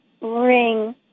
ring